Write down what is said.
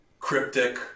cryptic